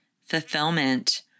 fulfillment